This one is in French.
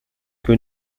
que